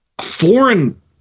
foreign